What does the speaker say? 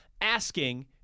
asking